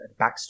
backstory